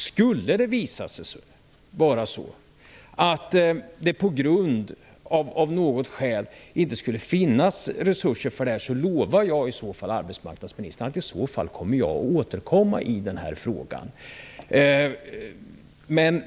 Skulle det av någon anledning inte finnas resurser för det här, lovar jag arbetsmarknadsministern att jag i så fall återkommer i den här frågan.